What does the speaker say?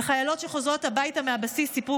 וחיילות שחוזרות הביתה מהבסיס סיפרו